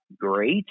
great